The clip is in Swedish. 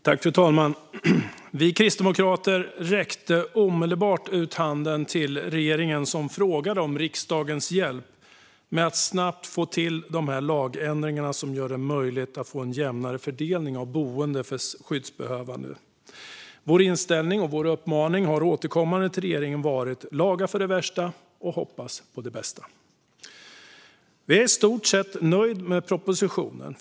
Fru talman! Vi kristdemokrater räckte omedelbart ut handen till regeringen, som frågade om riksdagens hjälp med att snabbt få till de här lagändringarna, som gör det möjligt att få en jämnare fördelning av boende för skyddsbehövande. Vår inställning och uppmaning till regeringen har återkommande varit: Laga för det värsta och hoppas på det bästa. Vi är i stort nöjda med den propositionen.